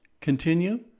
continue